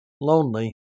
lonely